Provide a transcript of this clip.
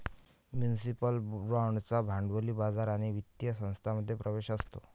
municipal बाँड्सना भांडवली बाजार आणि वित्तीय संस्थांमध्ये प्रवेश असतो